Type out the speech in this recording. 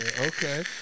okay